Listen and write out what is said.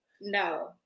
No